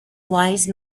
wise